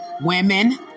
women